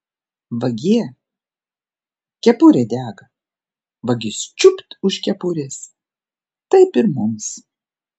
vagie kepurė dega vagis čiupt už kepurės taip ir mums